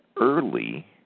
early